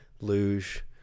luge